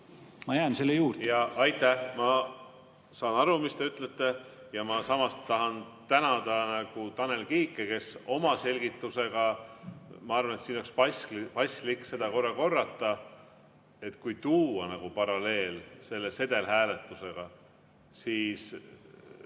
Ma jään selle juurde. Aitäh! Ma saan aru, mis te ütlete, ja ma samas tahan tänada Tanel Kiike tema selgituse eest. Ma arvan, et siin oleks paslik seda korra korrata, et kui tuua paralleel sedelhääletusega, siis